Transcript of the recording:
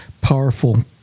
powerful